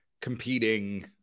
competing